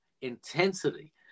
intensity